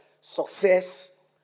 success